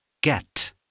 get